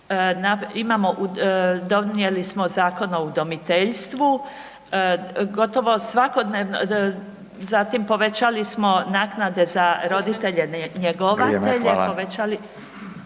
Donijeli smo Zakon o udomiteljstvu, zatim povećali smo naknade za roditelje njegovatelje